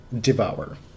devour